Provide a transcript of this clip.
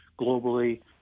globally